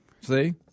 See